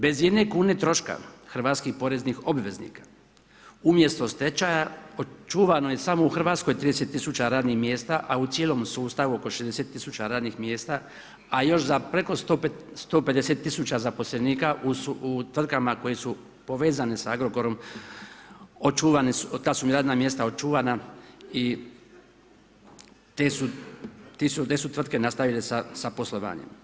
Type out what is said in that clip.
Bez ijedne kune troška hrvatskih poreznih obveznika umjesto stečaja očuvano je samo u Hrvatskoj 30 tisuća radnih mjesta a u cijelom sustavu oko 60 tisuća radnih mjesta a još za preko 150 tisuća zaposlenika u tvrtkama koje su povezane sa Agrokorom očuvane su, ta su im radna mjesta očuvana i te su tvrtke nastavile sa poslovanjem.